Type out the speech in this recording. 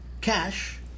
cash